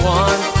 one